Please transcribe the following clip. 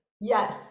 yes